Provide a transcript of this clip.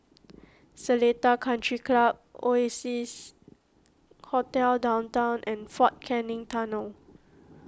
Seletar Country Club Oasia Hotel Downtown and fort Canning Tunnel